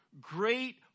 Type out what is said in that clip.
great